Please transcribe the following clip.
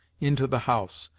into the house,